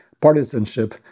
partisanship